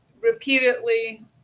repeatedly